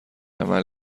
عمل